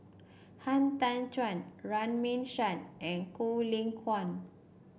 Han Tan Juan Runme Shaw and Quek Ling Kiong